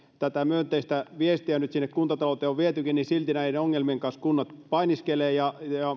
myönteistä viestiä nyt sinne kuntatalouteen on vietykin niin silti näiden ongelmien kanssa kunnat painiskelevat ja